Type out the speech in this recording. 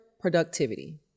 productivity